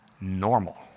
normal